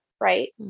Right